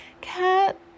Cat